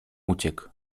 uciekł